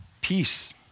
Peace